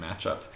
matchup